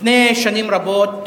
לפני שנים רבות